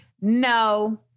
no